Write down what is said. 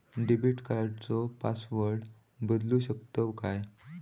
Debit कार्डचो password बदलु शकतव काय?